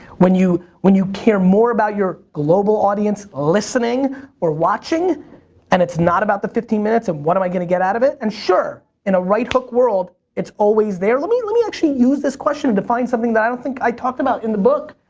when you when you care more about your global audience listening or watching and it's not about the fifteen minutes of what am i gonna get out of it, then and sure, in a right hook world it's always there. let me let me actually use this question to define something that i don't think i talked about in the book.